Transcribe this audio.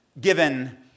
given